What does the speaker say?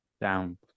Down